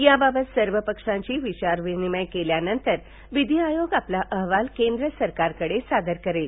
याबाबत सर्व पक्षांशी विचारविनिमय केल्यानंतर विधी आयोग आपला अहवाल केंद्र सरकारकडे सादर करेल